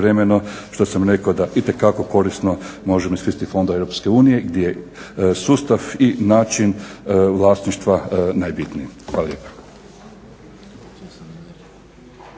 što sam rekao da itekako korisno možemo iskoristiti fondove EU gdje je sustav i način vlasništva najbitniji. Hvala lijepa.